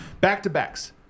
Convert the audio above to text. Back-to-backs